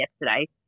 yesterday